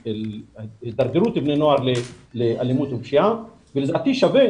הידרדרות בני נוער לאלימות ופשיעה ולדעתי שווה